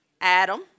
Adam